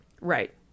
Right